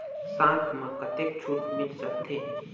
साथ म कतेक छूट मिल सकथे?